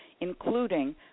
including